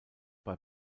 bei